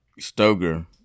Stoger